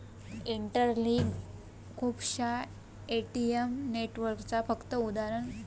interlink खुपश्या ATM नेटवर्कचा फक्त उदाहरण असा